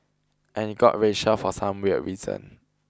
and it got racial for some weird reason